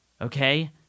okay